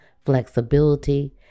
flexibility